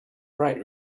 bright